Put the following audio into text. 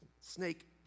snake